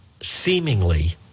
seemingly